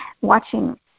watching